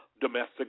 domestic